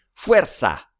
fuerza